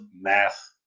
math